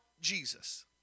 Jesus